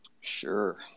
sure